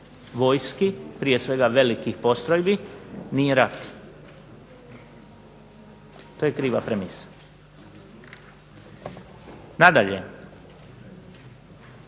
vojski, prije svega velikih postrojbi, nije rat. To je kriva premisa. Nadalje,